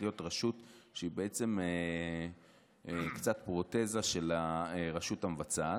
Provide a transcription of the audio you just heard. להיות רשות שהיא קצת פרוטזה של הרשות המבצעת.